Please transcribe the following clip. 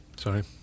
sorry